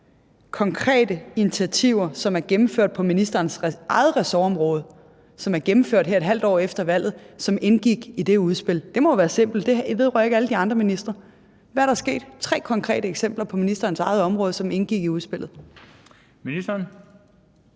konkrete initiativer, som er gennemført på ministerens eget ressortområde, her et halvt år efter valget, og som indgik i det udspil? Det må være simpelt, det vedrører ikke alle de andre ministre. Hvad er der sket? Tre konkrete eksempler på ministerens eget område, som indgik i udspillet. Kl.